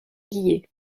guiers